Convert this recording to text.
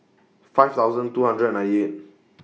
five thousand two hundred and ninety eighth